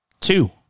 two